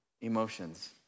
emotions